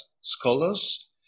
scholars